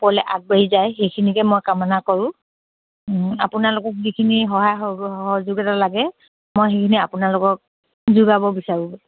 ওপৱলে আগবাঢ়ি যায় সেইখিনিকে মই কামনা কৰোঁ আপোনালোকক যিখিনি সহায় সহযোগিতা লাগে মই সেইখিনি আপোনালোকক যোগাব বিচাৰোঁ